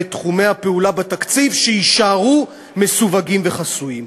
ואת תחומי הפעולה בתקציב שיישארו מסווגים וחסויים.